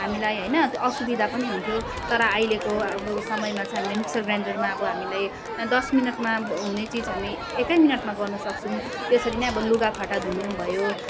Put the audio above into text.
हामीलाई होइन असुविधा पनि हुन्थ्यो तर अहिलेको अब समयमा चाहिँ हामीले मिक्सर ग्राइन्डरमा अब हामीले दस मिनटमा ब हुने चिज हामी एकै मिनटमा गर्नु सक्छौँ त्यसरी नै अब लुगा फाटा धुनु भयो